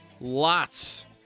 lots